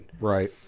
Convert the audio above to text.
Right